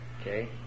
okay